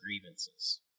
grievances